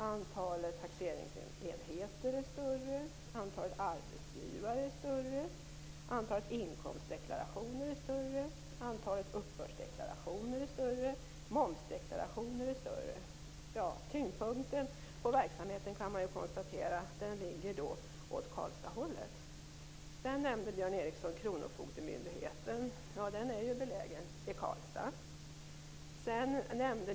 Antalet taxeringsenheter är större. Antalet arbetsgivare är större. Antalet inkomstdeklarationer är större. Antalet uppbördsdeklarationer är större. Antalet momsdeklarationer är större. Man kan konstatera att tyngdpunkten på verksamheten ligger åt Karlstadhållet. Den är belägen i Karlstad.